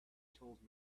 told